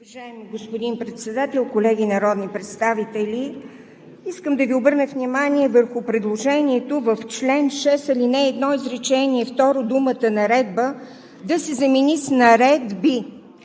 Уважаеми господин Председател, колеги народни представители! Искам да Ви обърна внимание върху предложението в чл. 6, ал. 1, изречение второ: думата „наредба“ да се замени с „наредби“.